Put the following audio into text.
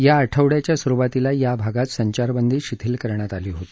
या आठवड्याच्या सुरुवातीला या भागात संचारबंदी शिथिल करण्यात आली होती